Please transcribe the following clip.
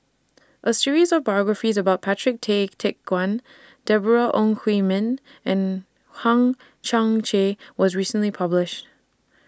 A series of biographies about Patrick Tay Teck Guan Deborah Ong Hui Min and Hang Chang Chieh was recently published